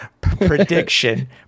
prediction